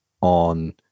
on